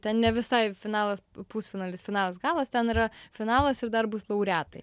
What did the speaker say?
ten ne visai finalas pusfinalis finalas galas ten yra finalas ir dar bus laureatai